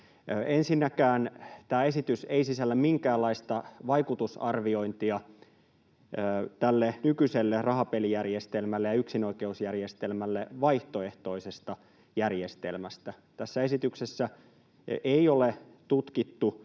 Ensinnäkään tämä esitys ei sisällä minkäänlaista vaikutusarviointia tälle nykyiselle rahapelijärjestelmälle ja yksinoikeusjärjestelmälle vaihtoehtoisesta järjestelmästä. Tässä esityksessä ei ole tutkittu